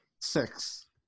Six